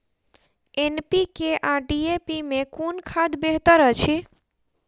NPK आ DAP मे कुन खाद बेहतर अछि?